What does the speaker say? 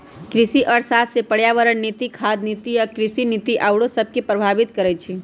कृषि अर्थशास्त्र पर्यावरण नीति, खाद्य नीति आ कृषि नीति आउरो सभके प्रभावित करइ छै